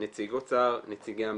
נציג אוצר ונציגי המשרד.